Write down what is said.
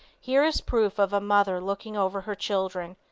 here is proof of a mother looking over her children,